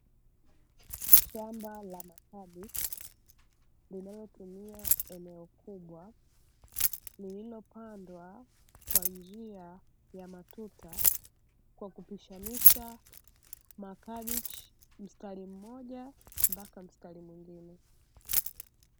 Shamba la makabichi, linalotumia eneo kubwa lililopandwa kwa njia ya matuta, kwa kupishanisha makabichi mstari mmoja mpaka mstari mwingine.